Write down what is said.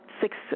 six